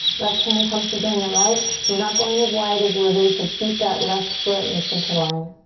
left hand comes to join the right. so we're not going as wide as lizards, so keep that left foot in the center line.